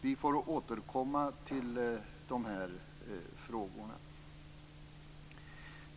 Vi får återkomma till de här frågorna.